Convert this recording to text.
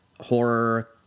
horror